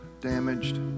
damaged